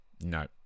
No